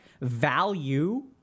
value